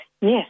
Yes